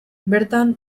bertan